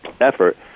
effort